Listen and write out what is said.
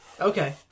Okay